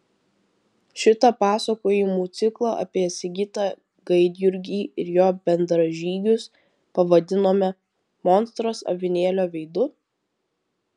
šitą pasakojimų ciklą apie sigitą gaidjurgį ir jo bendražygius pavadinome monstras avinėlio veidu